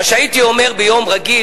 מה שהייתי אומר ביום רגיל,